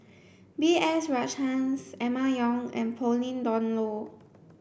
B S Rajhans Emma Yong and Pauline Dawn Loh